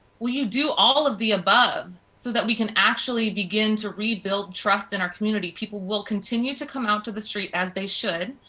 will you do all of the above, so that we can actually begin to rebuild trust in our community? people will continue to come out to the street as they should,